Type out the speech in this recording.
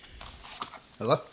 Hello